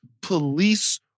police